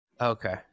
Okay